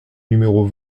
numéro